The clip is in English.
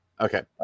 Okay